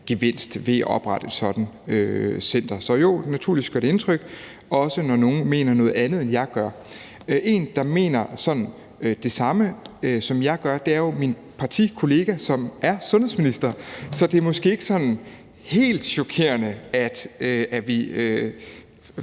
mergevinst ved at oprette et sådant center. Så naturligvis gør det indtryk, også når nogle mener noget andet, end jeg gør. En, der mener det samme, som jeg gør, er jo min partikollega, som er sundhedsminister, så det er måske ikke sådan helt chokerende, at vi,